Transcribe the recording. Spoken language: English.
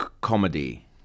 comedy